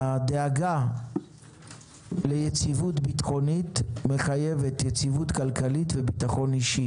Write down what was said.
הדאגה ליציבות ביטחונית מחייבת יציבות כלכלית וביטחון אישי.